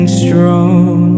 strong